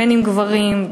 אם של גברים,